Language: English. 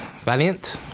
Valiant